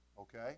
Okay